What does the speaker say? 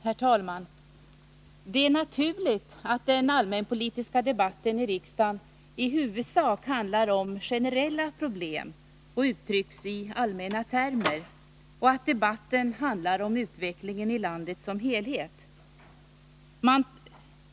Herr talman! Det är naturligt att den allmänpolitiska debatten i riksdagen i huvudsak handlar om generella problem och uttrycks i allmänna termer och att debatten handlar om utvecklingen i landet som helhet.